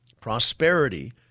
prosperity